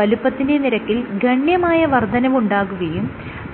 വലുപ്പത്തിന്റെ നിരക്കിൽ ഗണ്യമായ വർദ്ധനവുണ്ടാകുകയും